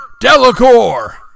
Delacour